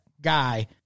guy